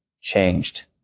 changed